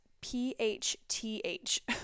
P-H-T-H